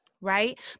Right